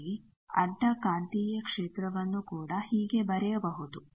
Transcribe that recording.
ಹಾಗೆಯೇ ಅಡ್ಡ ಕಾಂತೀಯ ಕ್ಷೇತ್ರವನ್ನು ಕೂಡ ಹೀಗೆ ಬರೆಯಬಹುದು